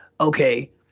Okay